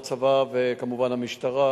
הצבא וכמובן המשטרה,